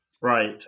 right